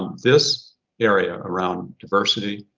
this area around diversity,